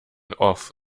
off